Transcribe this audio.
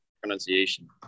pronunciation